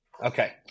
Okay